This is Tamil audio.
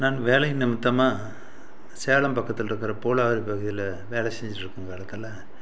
நான் வேலை நிமித்தமாக சேலம் பக்கத்தில் இருக்கிற பூலாறு பகுதியில் வேலை செஞ்சுட்டு இருக்கும் காலத்தில்